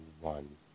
one